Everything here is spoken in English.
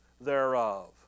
thereof